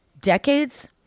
decades